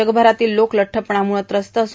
जगभरातील लोक लठ्ठपणामुळ त्रस्त आहेत